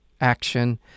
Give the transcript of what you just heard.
action